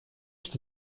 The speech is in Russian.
что